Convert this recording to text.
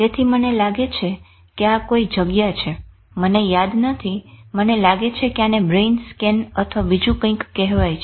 તેથી મને લાગે છે કે આ કોઈ જગ્યા છે મને યાદ નથી મને લાગે છે કે આને 'બ્રેઈન સ્કેન' અથવા બીજું કંઈક કહેવાય છે